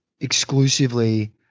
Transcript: exclusively